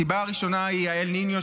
הסיבה הראשונה היא אל-ניניו,